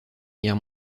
guerre